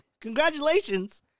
congratulations